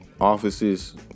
offices